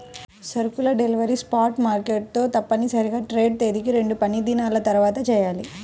సరుకుల delivery spot market తో తప్పనిసరిగా ట్రేడ్ తేదీకి రెండుపనిదినాల తర్వాతచెయ్యాలి